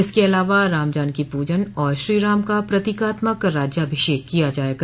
इसके अलावा राम जानकी पूजन और श्रीराम का प्रतीकात्मक राज्याभिषेक किया जायेगा